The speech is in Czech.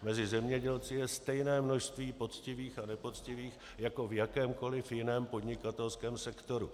Mezi zemědělci je stejné množství poctivých a nepoctivých jako v jakémkoliv jiném podnikatelském sektoru.